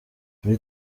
muri